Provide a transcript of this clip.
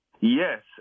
yes